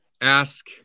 Ask